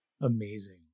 Amazing